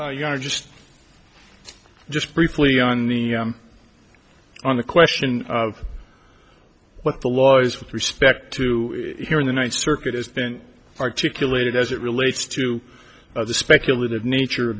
here you are just just briefly on the on the question of what the law is with respect to here in the ninth circuit has been articulated as it relates to the speculative nature